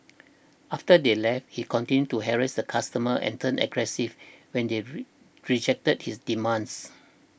after they left he continued to harass the customers and turned aggressive when they re rejected his demands